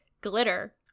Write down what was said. glitter